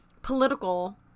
political